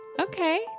Okay